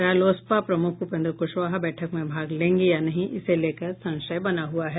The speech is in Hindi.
रालोसपा प्रमुख उपेन्द्र क्शवाहा बैठक में भाग लेंगे या नहीं इसे लेकर संशय बना हुआ है